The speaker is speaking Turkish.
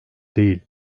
değil